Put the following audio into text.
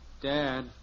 Dad